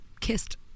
kissed